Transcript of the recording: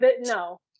no